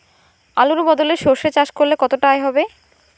আলুর বদলে সরষে চাষ করলে কতটা আয় হবে?